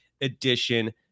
Edition